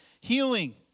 Healing